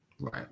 right